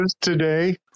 today